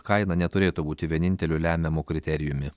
kaina neturėtų būti vieninteliu lemiamu kriterijumi